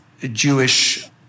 Jewish